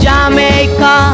Jamaica